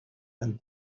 and